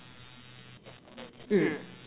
mm